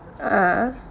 ah